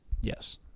Yes